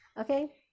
Okay